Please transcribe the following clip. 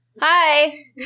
Hi